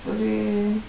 ஒறு:oru